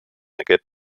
aquest